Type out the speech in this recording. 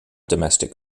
domestic